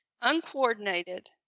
uncoordinated